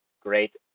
great